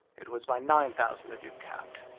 it was my nine thousand the duke capped.